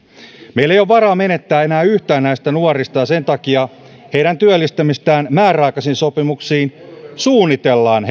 meillä ei ole varaa menettää enää yhtään näistä nuorista ja sen takia heidän työllistämistään määräaikaisiin sopimuksiin suunnitellaan